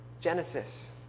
Genesis